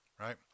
right